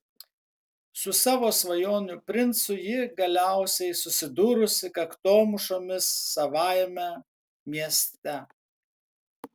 su savo svajonių princu ji galiausiai susidūrusi kaktomušomis savajame mieste